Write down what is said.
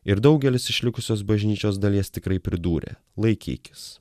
ir daugelis išlikusios bažnyčios dalies tikrai pridūrė laikykis